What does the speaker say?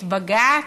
את בג"ץ,